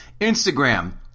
Instagram